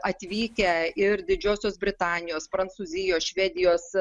atvykę ir didžiosios britanijos prancūzijos švedijos